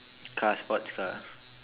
cars sports car